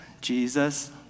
Jesus